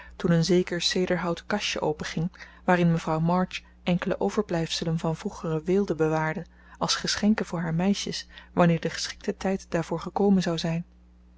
toen een zeker cederhouten kastje openging waarin mevrouw march enkele overblijfselen van vroegere weelde bewaarde als geschenken voor haar meisjes wanneer de geschikte tijd daarvoor gekomen zou zijn